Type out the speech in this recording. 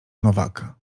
nowaka